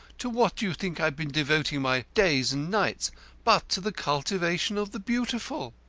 to what do you think i've been devoting my days and nights but to the cultivation of the beautiful?